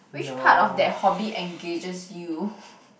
which part of that hobby engages you